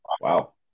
Wow